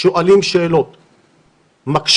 שואלים שאלות, מקשים,